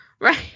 Right